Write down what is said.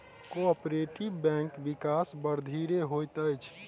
cooperative बैंकक विकास बड़ धीरे होइत अछि